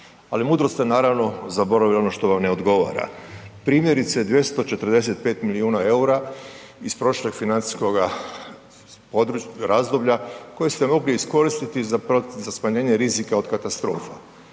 Ali mudro ste, naravno, zaboravili ono što vam ne odgovara. Primjerice, 245 milijuna eura iz prošlog financijskog razdoblja koje ste mogli iskoristiti za smanjenje rizika od katastrofa.